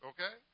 Okay